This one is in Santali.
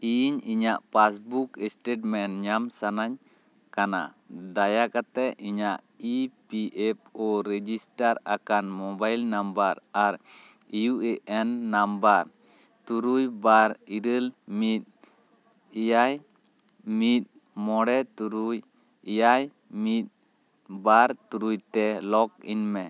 ᱤᱧ ᱤᱧᱟᱹᱜ ᱯᱟᱥᱵᱩᱠ ᱮᱥᱴᱮᱴᱢᱮᱱᱴ ᱧᱟᱢ ᱥᱟᱹᱱᱟᱹᱧ ᱠᱟᱱᱟ ᱫᱟᱭᱟ ᱠᱟᱛᱮᱫ ᱤᱧᱟᱹᱜ E P F O register ᱟᱠᱟᱱ ᱢᱳᱵᱟᱭᱤᱞ ᱱᱟᱢᱵᱟᱨ ᱟᱨ ᱤᱭᱩ ᱮ ᱮᱱ ᱱᱟᱢᱵᱟᱨ ᱛᱩᱨᱩᱭ ᱵᱟᱨ ᱤᱨᱟᱹᱞ ᱢᱤᱫ ᱮᱭᱟᱭ ᱢᱤᱫ ᱢᱚᱬᱮ ᱛᱩᱨᱩᱭ ᱮᱭᱟᱭ ᱢᱤᱫ ᱵᱟᱨ ᱛᱩᱨᱩᱭᱛᱮ ᱞᱚᱜᱤᱱ ᱢᱮ